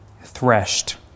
threshed